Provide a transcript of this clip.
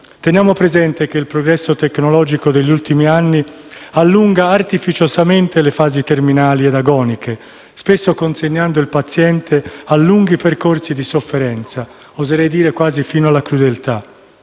Teniamo presente che il progresso tecnologico degli ultimi anni allunga artificiosamente le fasi terminali ed agoniche, spesso consegnando il paziente a lunghi percorsi di sofferenza, oserei dire quasi fino alla crudeltà.